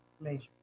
Major